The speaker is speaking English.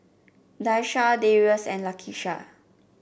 Daisha Darius and Lakisha